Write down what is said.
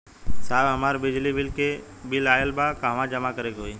साहब हमार बिजली क बिल ऑयल बा कहाँ जमा करेके होइ?